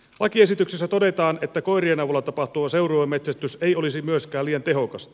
lakiesityksessä todetaan että koirien avulla tapahtuva seuruemetsästys ei olisi myöskään liian tehokasta